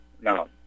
no